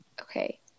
okay